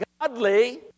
godly